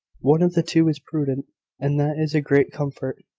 one of the two is prudent and that is a great comfort.